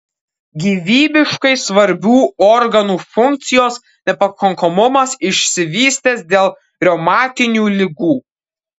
gyvybiškai svarbių organų funkcijos nepakankamumas išsivystęs dėl reumatinių ligų